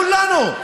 כולנו.